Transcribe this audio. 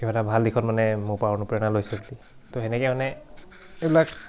কিবা এটা ভাল দিশত মানে মোৰ পৰা অনুপ্ৰেৰণা লৈছে বুলি ত' তেনেকৈ মানে এইবিলাক